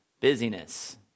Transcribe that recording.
busyness